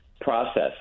process